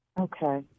Okay